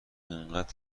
اینقد